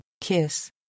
kiss